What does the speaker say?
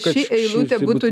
ši eilutė būtų